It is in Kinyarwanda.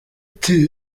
ati